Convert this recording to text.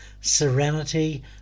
Serenity